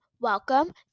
Welcome